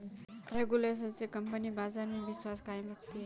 regulation से company बाजार में विश्वास कायम रखती है